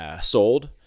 sold